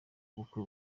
bukwe